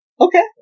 Okay